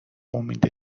امید